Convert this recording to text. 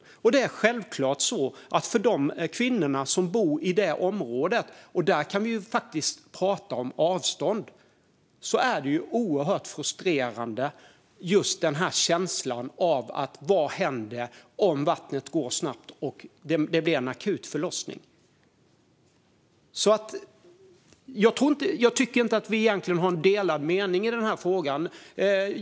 Självklart är det en oerhört frustrerande känsla för de kvinnor som bor i det området - och där kan vi faktiskt prata om avstånd - att fråga sig vad som händer om vattnet går snabbt och det blir en akut förlossning. Jag tycker alltså inte att vi har en delad mening i frågan.